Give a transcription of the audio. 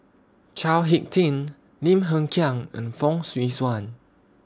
Chao Hick Tin Lim Hng Kiang and Fong Swee Suan